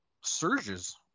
surges